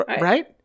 right